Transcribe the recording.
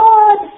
God